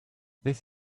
this